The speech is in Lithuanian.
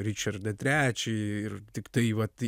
ričardą trečiąjį ir tiktai vat